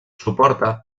suporta